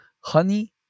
Honey